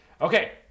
Okay